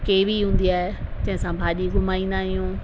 केवी हूंदी आहे जंहिंसां भाॼी घुमाईंदा आहियूं